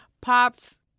Pops